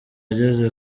ageze